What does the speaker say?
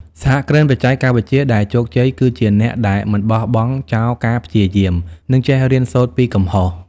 សហគ្រិនបច្ចេកវិទ្យាដែលជោគជ័យគឺជាអ្នកដែលមិនបោះបង់ចោលការព្យាយាម និងចេះរៀនសូត្រពីកំហុស។